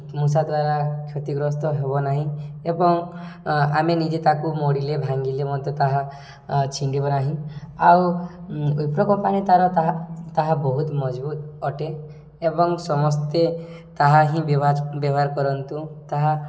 ମୂଷା ଦ୍ୱାରା କ୍ଷତିଗ୍ରସ୍ତ ହେବ ନାହିଁ ଏବଂ ଆମେ ନିଜେ ତାକୁ ମୋଡ଼ିଲେ ଭାଙ୍ଗିଲେ ମଧ୍ୟ ତାହା ଛିଣ୍ଡିବ ନାହିଁ ଆଉ ୱିପ୍ରୋ କମ୍ପାନୀ ତାର ତାହା ତାହା ବହୁତ ମଜବୁତ ଅଟେ ଏବଂ ସମସ୍ତେ ତାହା ହିଁ ବେବାଚ ବ୍ୟବହାର କରନ୍ତୁ ତାହା